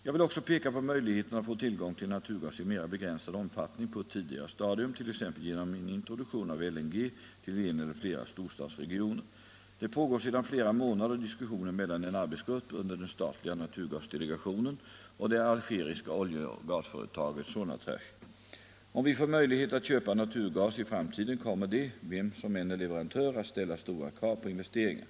Jag vill också peka på möjligheterna att få tillgång till naturgas i mera begränsad omfattning på ett tidigare stadium, t.ex. genom en introduk 265 tion av LNG till en eller flera storstadsregioner. Det pågår sedan flera månader diskussioner mellan en arbetsgrupp under den statliga naturgasdelegationen och det algeriska oljeoch gasföretaget Sonatrach. Om vi får möjlighet att köpa naturgas i framtiden kommer det - vem som än är leverantör — att ställas stora krav på investeringar.